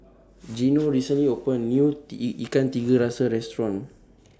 Gino recently opened A New Ikan Tiga Rasa Restaurant